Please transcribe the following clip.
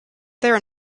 there